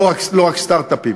ולא רק סטרט-אפים.